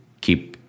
keep